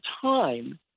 time